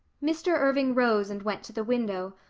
mr. irving rose and went to the window,